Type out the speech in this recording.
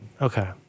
okay